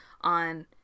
on